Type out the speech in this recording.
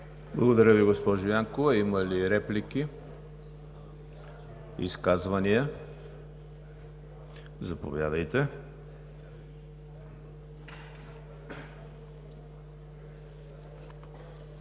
Благодаря Ви, госпожо Янкова. Има ли реплики? Няма. Изказвания? Заповядайте.